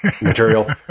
material